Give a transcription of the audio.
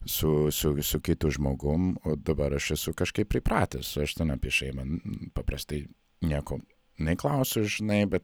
su su su kitu žmogum o dabar aš esu kažkaip pripratęs aš ten apie šeimą n n paprastai nieko neklausiu žinai bet